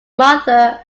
mother